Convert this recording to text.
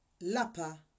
Lapa